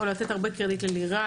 לתת הרבה קרדיט ללירן,